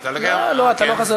אבל אתה לוקח מזמני.